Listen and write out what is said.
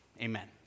amen